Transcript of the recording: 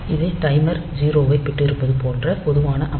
இது டைமர் 0 வைப் பெற்றிருப்பது போன்ற பொதுவான அமைப்பு